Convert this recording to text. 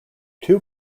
two